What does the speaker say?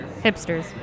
Hipsters